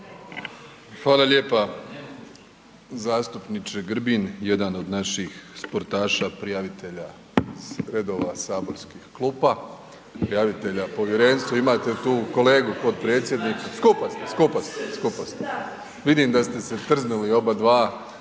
Hvala lijepa. Zastupniče Grbin, jedan od naših sportaša prijavitelja iz redova saborskih klupa prijavitelja povjerenstvu imate tu kolegu potpredsjednika … /Upadica se ne razumije./ … skupa ste, skupa ste. Vidim da ste se trznuli obadva,